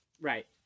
right